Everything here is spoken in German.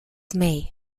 may